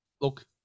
look